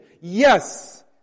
Yes